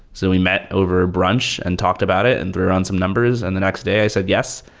so we met over brunch and talked about it and we run some numbers and the next day i said yes.